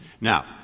Now